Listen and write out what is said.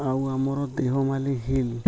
ଆଉ ଆମର ଦେଓମାଳୀ ହିଲ୍